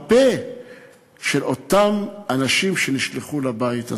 הפה של אותם אנשים שנשלחו לבית הזה.